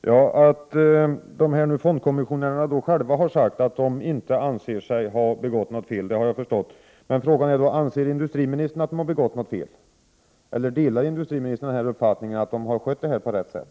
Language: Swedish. Herr talman! Att fondkommissionärerna själva har sagt att de inte anser sig ha begått något fel har jag förstått. Frågan är om industriministern anser att de har begått något fel eller om industriministern delar uppfattningen att de har skött det här på rätt sätt.